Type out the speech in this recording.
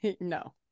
No